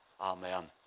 Amen